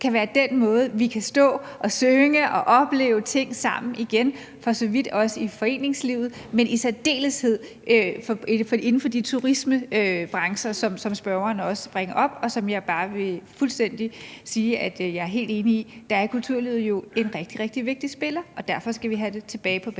kan være den måde, som vi kan stå og synge og opleve ting sammen på igen, og for så vidt også i foreningslivet, men i særdeleshed inden for den turismebranche, som spørgeren også bringer op, og det vil jeg bare sige at jeg er fuldstændig enig i. Der er kulturlivet jo en rigtig, rigtig vigtig spiller, og derfor skal vi have det tilbage på banen